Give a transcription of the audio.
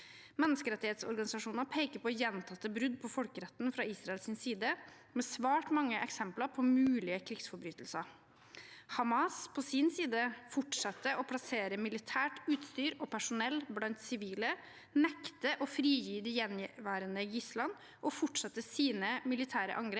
Menneskerettighetsorganisasjoner peker på gjentatte brudd på folkeretten fra Israels side, med svært mange eksempler på mulige krigsforbrytelser. Hamas på sin side fortsetter å plassere militært utstyr og personell blant sivile, nekter å frigi de gjenværende gislene og fortsetter sine militære angrep